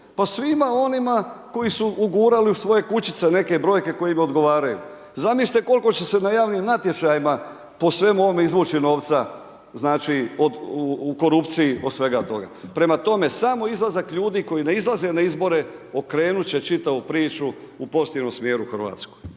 Pa svima onima koji su ugurali u svoje kućice neke brojke koje im odgovaraju. Zamislite koliko će se na javnim natječajima po svemu ovome izvući novca, znači u korupciji od svega toga. Prema tome, samo izlazak ljudi koji ne izlaze na izbore okrenut će čitavu priču u pozitivnom smjeru Hrvatsku.